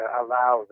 allow